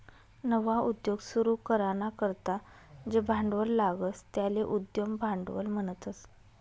नवा उद्योग सुरू कराना करता जे भांडवल लागस त्याले उद्यम भांडवल म्हणतस